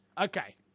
okay